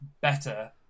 better